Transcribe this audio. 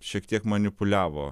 šiek tiek manipuliavo